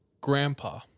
grandpa